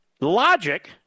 logic